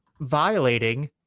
violating